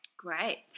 Great